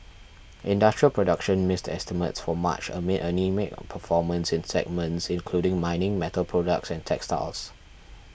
industrial production missed estimates for March amid anaemic performance in segments including mining metal products and textiles